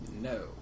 no